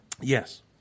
Yes